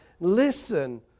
listen